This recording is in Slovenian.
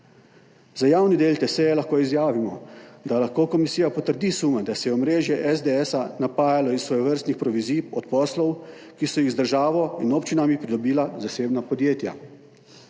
Za javni del te seje lahko izjavimo, da lahko komisija potrdi sume, da se je omrežje SDS napajalo iz svojevrstnih provizij od poslov, ki so jih z državo in občinami pridobila zasebna podjetja.